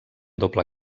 doble